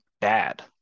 bad